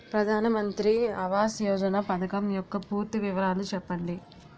ప్రధాన మంత్రి ఆవాస్ యోజన పథకం యెక్క పూర్తి వివరాలు చెప్పండి?